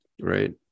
Right